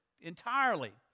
entirely